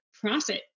profit